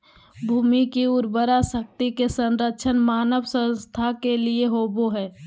भूमि की उर्वरा शक्ति के संरक्षण मानव स्वास्थ्य के लिए होबो हइ